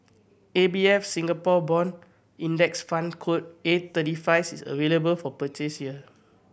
A B F Singapore Bond Index Fund code A thirty five is available for purchase here